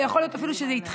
ויכול להיות שזה אפילו התחיל,